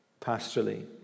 pastorally